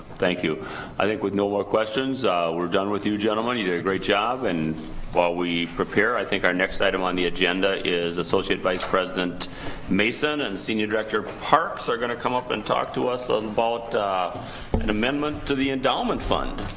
thank you i think with no more questions we're done with you gentlemen you did a great job and while we prepare i think our next item on the agenda is associate vice president mason and senior director harps are going to come up and talk to us ah and about an amendment to the endowment fund